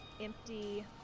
empty